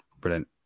brilliant